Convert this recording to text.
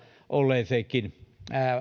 olleeseen